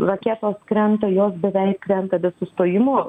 raketos krenta jos beveik krenta be sustojimo